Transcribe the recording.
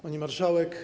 Pani Marszałek!